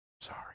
Sorry